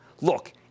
Look